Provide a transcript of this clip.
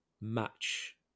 match